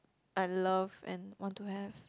I love and want to have